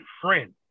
friend